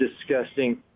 disgusting